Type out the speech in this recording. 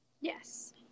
yes